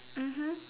mmhmm